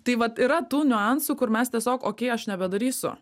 tai vat yra tų niuansų kur mes tiesiog okei aš nebedarysiu